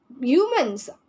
humans